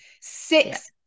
Six